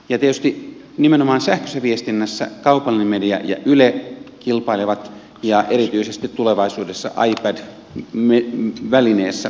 tietysti nimenomaan sähköisessä viestinnässä kaupallinen media ja yle kilpailevat ja erityisesti tulevaisuudessa ipad välineessä